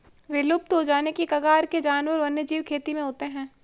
विलुप्त हो जाने की कगार के जानवर वन्यजीव खेती में होते हैं